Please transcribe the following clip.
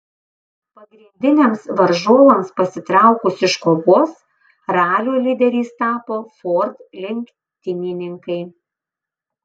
pagrindiniams varžovams pasitraukus iš kovos ralio lyderiais tapo ford lenktynininkai